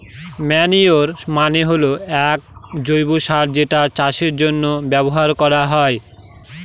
manure মানে হল এক জৈব সার যেটা চাষের জন্য ব্যবহার করা হয়